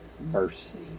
mercy